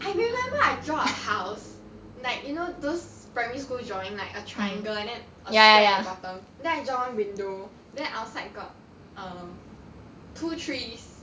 I remember I draw a house like you know those primary school drawing like a triangle and then a square at the bottom then I draw one window then outside got um two trees